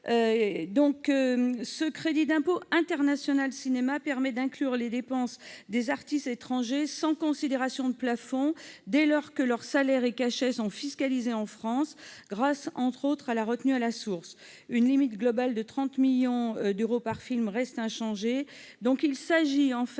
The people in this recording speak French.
Le crédit d'impôt international cinéma permet d'inclure les dépenses des artistes étrangers, sans considération de plafond, dès lors que leurs salaires et cachets sont fiscalisés en France grâce, notamment, à la retenue à la source. La limite globale de 30 millions d'euros par film reste inchangée.